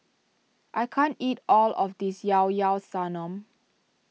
I can't eat all of this Llao Llao Sanum